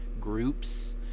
groups